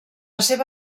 seva